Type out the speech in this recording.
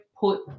put